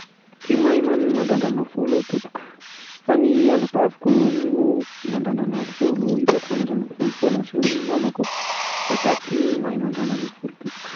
Tsy mahay mandrandrana volo aho tompoko, fa ny anabaviko no mandrandrana ny volo, hitako mandrandrana volo foana, sy ny mamako fa zah tsy mahay mandrandrana volo tompoko.